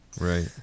Right